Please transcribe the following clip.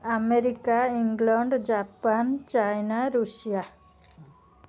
America England Japan China Russia